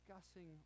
discussing